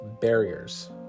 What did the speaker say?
barriers